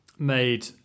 made